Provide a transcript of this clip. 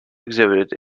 exhibited